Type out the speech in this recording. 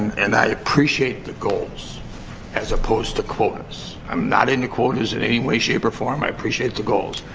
and i appreciate the goals as opposed to quotas. i'm not into quotas in any way, shape, or form. i appreciate the goals.